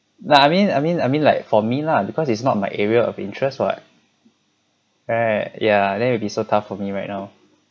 like I mean I mean I mean like for me lah because it's not my area of interest what right yeah then will be so tough for me right now